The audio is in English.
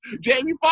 Jamie